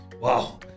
Wow